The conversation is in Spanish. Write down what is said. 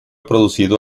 producido